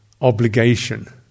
obligation